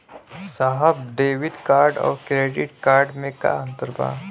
साहब debit card और credit card में का अंतर बा?